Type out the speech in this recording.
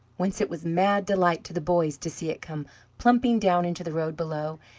whence it was mad delight to the boys to see it come plumping down into the road below,